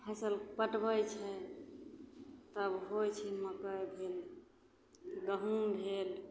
फसिल पटबै छै तब होइ छै मकइ गहूम भेल